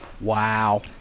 Wow